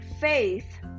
faith